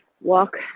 walk